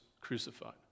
crucified